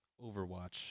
Overwatch